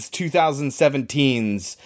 2017's